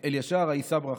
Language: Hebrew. אלישר, ה"יישא ברכה"